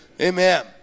amen